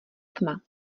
tma